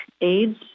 AIDS